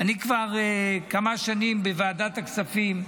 אני כבר כמה שנים בוועדת הכספים.